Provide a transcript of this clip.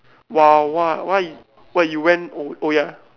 !wow! what why why you went oh ya